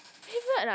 favorite ah